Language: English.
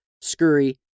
scurry